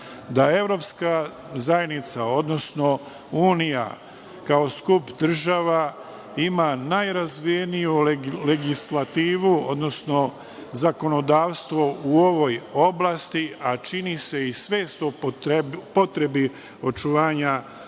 da Evropska zajednica, odnosno unija, kao skup država, ima najrazvijeniju legislativu, odnosno zakonodavstvo u ovoj oblasti, a čini se i sve po potrebi očuvanja životne